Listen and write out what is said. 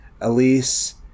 Elise